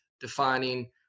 defining